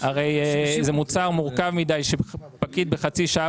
הרי זה מוצר מורכב מידי שפקיד בחצי שעה